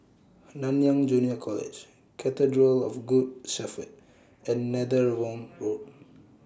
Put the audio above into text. Nanyang Junior College Cathedral of Good Shepherd and Netheravon Road